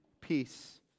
peace